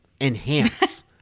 enhance